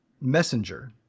messenger